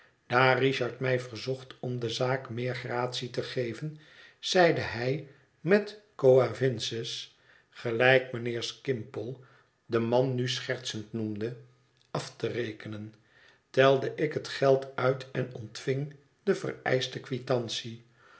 richard mij verzocht om de zaak meer gratie te geven zeide hij met coavinses gelijk mijnheer skimpole den man nu schertsend noemde af te rekenen telde ik het geld uit en ontving de vereischte